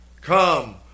come